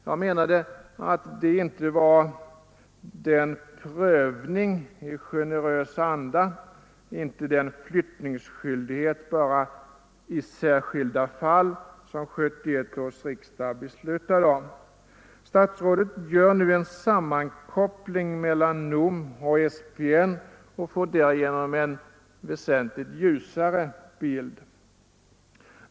Jag menade att det inte var den ”prövning i generös anda”, inte den flyttningsskyldighet bara ”i särskilda fall” som 1971 års riksdag beslutade om. Statsrådet gör nu en sammankoppling mellan NOM och SPN och får därigenom en väsentligt ljusare bild.